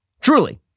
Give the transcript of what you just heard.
Truly